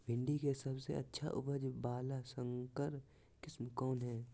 भिंडी के सबसे अच्छा उपज वाला संकर किस्म कौन है?